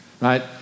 right